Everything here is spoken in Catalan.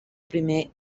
primer